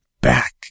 Back